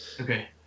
okay